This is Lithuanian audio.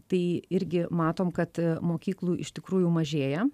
tai irgi matom kad mokyklų iš tikrųjų mažėja